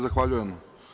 Zahvaljujem.